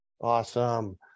Awesome